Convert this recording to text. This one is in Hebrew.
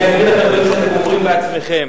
ואני אקריא לכם את הדברים שאתם אומרים בעצמכם.